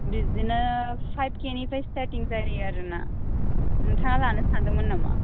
बिदिनो फाइभ केनिफ्राइ सिथारथिं जायो आरो ना नोंथाङा लानो सानदोंमोन नामा